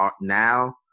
now